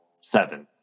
seven